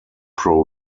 pro